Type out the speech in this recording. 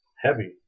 Heavy